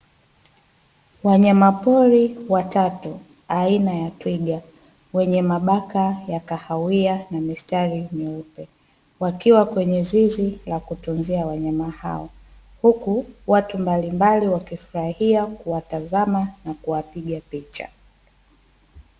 Wanyama pori watatu aina ya Twiga wenye mabaka ya kahawia na mistari meupe wakiwa kwenye zizi la kutunzia wanyama hawa huku watu mbalimbali wakifurahia kuwatazama na kuwapiga picha.